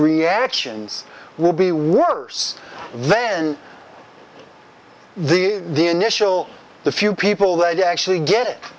reactions will be worse then the the initial the few people that actually get it